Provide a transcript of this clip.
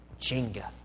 Jenga